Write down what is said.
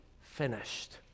finished